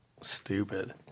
Stupid